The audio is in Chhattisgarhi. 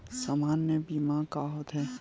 सामान्य बीमा का होथे?